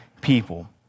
people